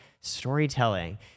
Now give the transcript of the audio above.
storytelling